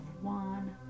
one